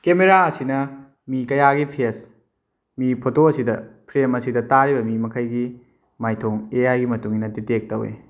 camera ꯑꯁꯤꯅ ꯃꯤ ꯀꯌꯥꯒꯤ ꯐꯦꯁ ꯃꯤ ꯐꯣꯇꯣ ꯑꯁꯤꯗ ꯐ꯭ꯔꯦꯝ ꯑꯁꯤꯗ ꯇꯥꯔꯤꯕ ꯃꯤ ꯃꯈꯩꯒꯤ ꯃꯥꯏꯊꯣꯡ ꯑꯦ ꯑꯥꯏꯒꯤ ꯃꯇꯨꯡ ꯏꯟꯅ ꯗꯤꯇꯦꯛ ꯇꯧꯏ